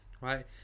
right